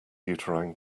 uterine